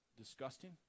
disgusting